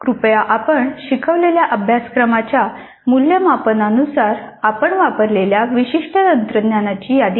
कृपया आपण शिकवलेल्या अभ्यासक्रमांच्या मूल्यमापन नुसार आपण वापरलेल्या विशिष्ट तंत्रज्ञानाची यादी करा